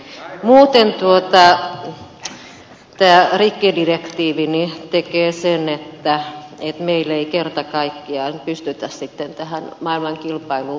muuten tämä rikkidirektiivi tekee sen että meillä ei kerta kaikkiaan pystytä maailman kilpailuun vastaamaan